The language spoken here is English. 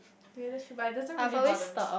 yeah that's true but it doesn't really bothering